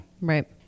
Right